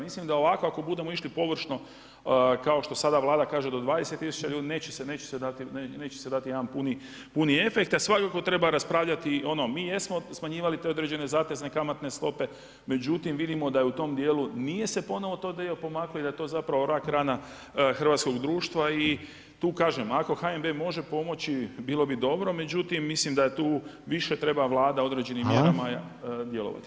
Mislim da ovako ako budemo išli površno kao što sada Vlada kaže do 20 000 ljudi, neće se dati jedan puni efekt, a svakako treba raspravljati o onom mi jesmo smanjivali te određene zatezne kamatne stope međutim vidimo da u tom djelu nije se ponovo taj dio pomaknuo i da je to zapravo rak rana hrvatskog društva i tu kažem, ako HNB može pomoći bilo bi dobro međutim mislim da tu više treba Vlada određenim mjerama djelovati.